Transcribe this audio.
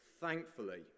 thankfully